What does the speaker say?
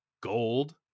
gold